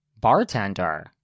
bartender